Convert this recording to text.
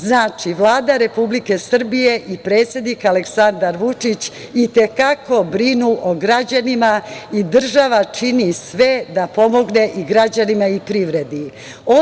Znači, Vlada Republike Srbije i predsednik Aleksandar Vučić i te kako brinu o građanima i država čini sve da pomogne i građanima i privredi.